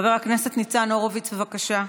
חבר הכנסת ניצן הורוביץ, בבקשה.